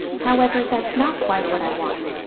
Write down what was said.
however, that's not quite what i want.